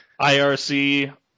IRC